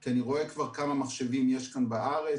כי אני רואה כבר כמה מחשבים יש כאן בארץ.